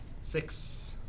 Six